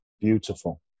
Beautiful